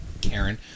Karen